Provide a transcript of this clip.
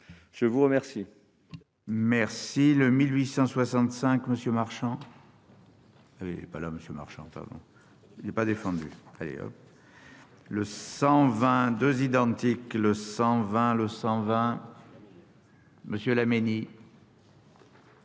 Je vous remercie,